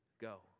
go